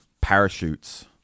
parachutes